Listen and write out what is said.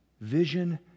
Vision